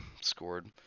scored